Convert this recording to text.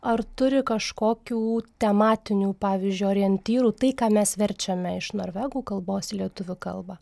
ar turi kažkokių tematinių pavyzdžiui orientyrų tai ką mes verčiame iš norvegų kalbos į lietuvių kalbą